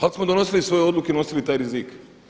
Ali smo donosili svoje odluke, nosili taj rizik.